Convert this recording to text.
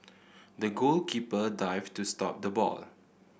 the goalkeeper dived to stop the ball